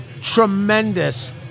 tremendous